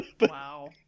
Wow